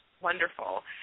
wonderful